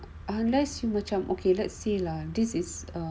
unless you macam okay let's see lah this is